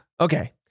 Okay